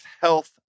Health